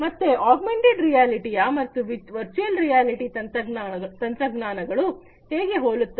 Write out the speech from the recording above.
ಮತ್ತೆ ಆಗ್ಮೆಂಟೆಡ್ ರಿಯಾಲಿಟಿಯ ಮತ್ತು ವರ್ಚುಯಲ್ ರಿಯಾಲಿಟಿ ತಂತ್ರಜ್ಞಾನಗಳು ಹೀಗೆ ಹೋಲುತ್ತವೆ